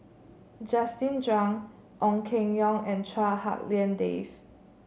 Justin Zhuang Ong Keng Yong and Chua Hak Lien Dave